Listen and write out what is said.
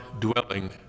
dwelling